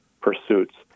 pursuits